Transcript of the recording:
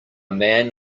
man